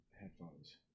headphones